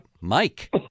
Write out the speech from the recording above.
Mike